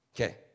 Okay